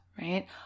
right